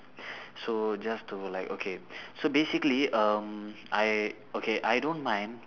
so just to like okay so basically um I okay I don't mind